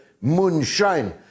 moonshine